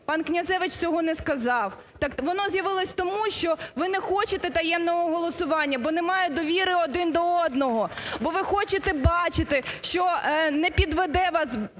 Пан Князевич цього не сказав. Так воно з'явилось тому, що ви не хочете таємного голосування, бо немає довіри один до одного. Бо ви хочете бачити, що не підведе вас